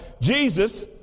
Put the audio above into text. Jesus